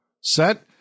set